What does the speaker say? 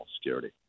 security